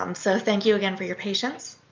um so thank you again for your patience.